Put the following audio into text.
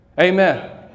Amen